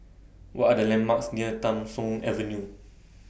What Are The landmarks near Tham Soong Avenue